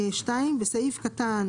בפסקה